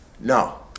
No